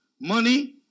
money